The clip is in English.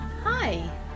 Hi